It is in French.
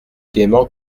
gaiement